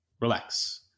relax